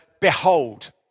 behold